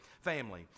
family